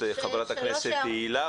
יש לי כמה שאלות קצרות